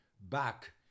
back